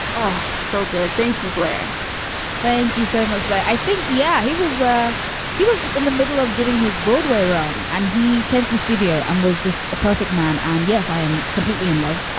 ah so good. thank you, blair thank you so much. blair, i think yeah, he was. ah he was in the middle of doing his broadway run and he came to the studio and was just a perfect man. and yes, i am completely in love.